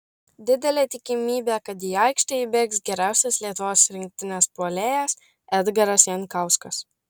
didelė tikimybė kad į aikštę įbėgs geriausias lietuvos rinktinės puolėjas edgaras jankauskas